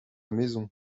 maison